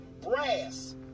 brass